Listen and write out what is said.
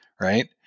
right